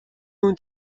اون